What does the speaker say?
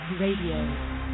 Radio